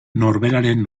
norberaren